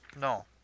No